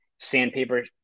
sandpaper